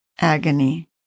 agony